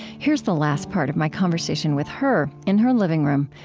here's the last part of my conversation with her in her living room,